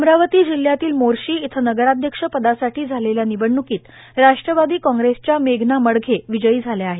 अमरावती जिल्ह्यातील मोर्शी इथं नगराध्यक्ष पदासाठी झालेल्या निवडणुकीत राष्ट्रवादी काँग्रेसच्या मेघना मडघे या विजयी झाल्या आहेत